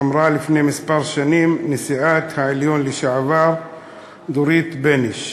אמרה לפני כמה שנים נשיאת העליון לשעבר דורית בייניש.